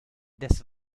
des